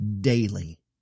daily